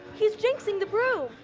he's jinxing the broom.